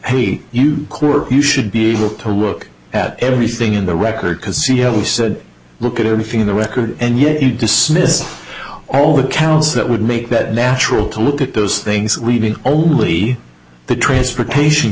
hey you court you should be able to look at everything in the record because c l said look at everything in the record and yet you dismiss all the counts that would make that natural to look at those things reading only the transportation